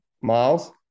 miles